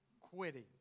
quitting